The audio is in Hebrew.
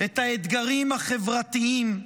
את האתגרים החברתיים,